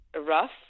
rough